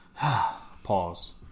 Pause